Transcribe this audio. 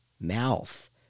mouth